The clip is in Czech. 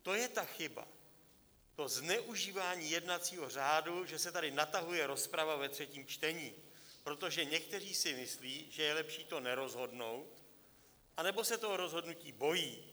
To je ta chyba, zneužívání jednacího řádu, že se tady natahuje rozprava ve třetím čtení, protože někteří si myslí, že je lepší to nerozhodnout, anebo se toho rozhodnutí bojí.